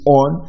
on